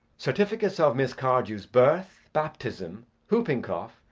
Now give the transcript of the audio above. certificates of miss cardew's birth, baptism, whooping cough,